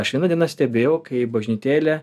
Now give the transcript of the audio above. aš vieną dieną stebėjau kai bažnytėlę